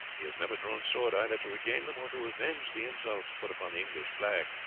he has never drawn sword either to regain them or to avenge the insults put upon the english flag.